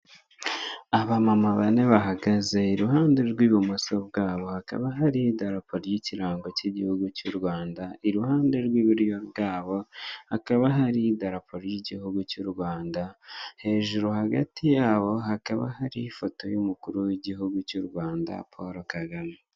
Abamama bane bahagaze iruhande rw'ibumoso bwabo hakaba hari idarapo ry'ikirango k'igihugu cy'u Rwanda, iruhande rw'iburyo bwabo hakaba hari idarapo ry'igihugu cy'u Rwanda, hejuru hagati yabo hakaba hari ifoto y'umukuru w'igihugu cy'u Rwanda Poro Kagame.